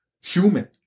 Human